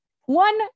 one